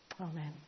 Amen